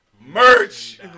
merch